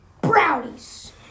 brownies